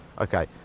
Okay